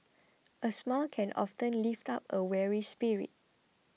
a smile can often lift up a weary spirit